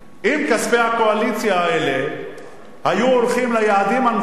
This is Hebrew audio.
אם כספי הקואליציה האלה היו הולכים ליעדים הנכונים,